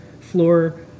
floor